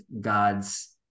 God's